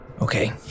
Okay